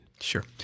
Sure